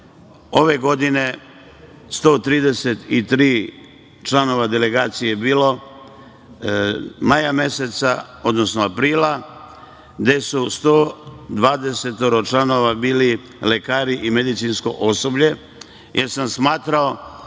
Ove godine 133 člana delegacije je bilo maja meseca, odnosno aprila, od kojih su 120 članova bili lekari i medicinsko osoblje, jer sam smatrao